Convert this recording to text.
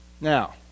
Now